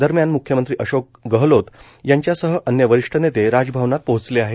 दरम्यान म्ख्यमंत्री अशोक गहलोत यांच्यासह अन्य वरिष्ठ नेते राजभवनात पोहोचले आहेत